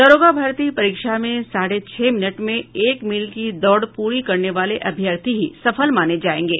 दारोगा भर्ती परीक्षा में साढ़े छह मिनट में एक मील की दौड़ पूरी करने वाले अभ्यर्थी ही सफल माने जायेंगे